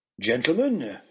Gentlemen